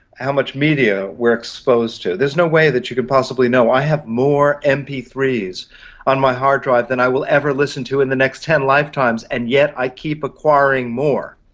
how much media we're exposed to. there's no way that you could possibly know. i have more m p three s on my hard drive than i will ever listen to in the next ten lifetimes, and yet i keep acquiring more,